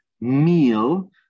meal